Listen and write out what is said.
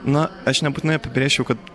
na aš nebūtinai apibrėščiau kad